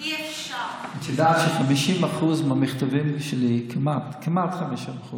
את יודעת שב-50% מהמכתבים שלי כמעט, כמעט ב-50%